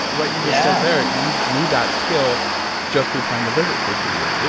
what you just said there, you grew that skill just through trying to live it for two years.